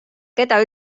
keda